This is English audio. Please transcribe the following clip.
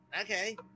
Okay